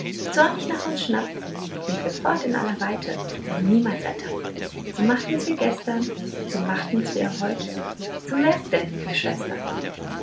zornig nach uns schnappt sind wir fort in alle weite werden niemals ertappt so machten's wir gestern so machen's wir heute zum werk denn ihr schwestern